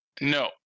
no